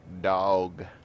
dog